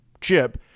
Chip